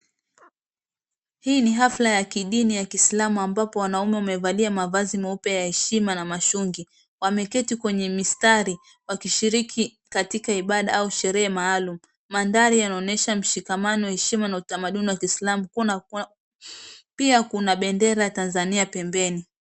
Hii ni hafla ya kidini ya kiislamu ambapo wanaume wamevalia mavazi meupe ya heshima na mashungi. Wameketi kwenye mistari wakishiriki katika ibada au sherehe maalum. Mandhari yanaonyesha mshikamano, heshima na utamaduni wa kiislamu, pia kuna bendera ya tanzania pembeni.